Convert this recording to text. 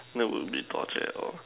that won't be torture at all